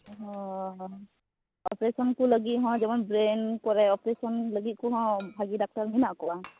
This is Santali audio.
ᱚᱻ ᱚᱯᱟᱨᱮᱥᱚᱱ ᱠᱚ ᱞᱟᱹᱜᱤᱫ ᱦᱚᱸ ᱡᱮᱢᱚᱱ ᱵᱨᱮᱱ ᱠᱚᱨᱮ ᱚᱯᱟᱨᱮᱥᱚᱱ ᱞᱟᱹᱜᱤᱫ ᱠᱟᱦᱚᱸ ᱵᱷᱟᱹᱜᱤ ᱰᱟᱠᱛᱟᱨ ᱢᱮᱱᱟᱜ ᱠᱚᱣᱟ